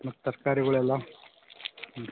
ಮತ್ತು ತರ್ಕಾರಿಗಳೆಲ್ಲ ಹ್ಞೂ